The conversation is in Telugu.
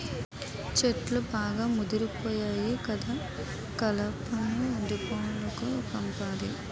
చెట్లు బాగా ముదిపోయాయి కదా కలపను డీపోలకు పంపాలి